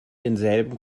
denselben